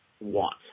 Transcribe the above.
want